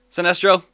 Sinestro